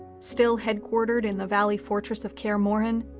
still headquartered in the valley fortress of kaer morhen,